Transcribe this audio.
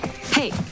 hey